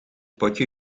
potje